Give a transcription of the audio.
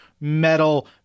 metal